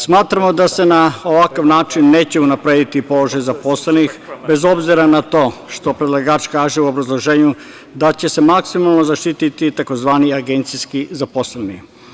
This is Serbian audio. Smatramo da se na ovakav način neće unaprediti položaj zaposlenih, bez obzira na to što predlagač kaže u obrazloženju da će se maksimalno zaštititi tzv. agencijski zaposleni.